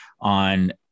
on